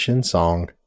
song